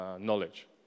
knowledge